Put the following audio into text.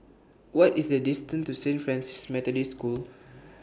What IS The distance to Saint Francis Methodist School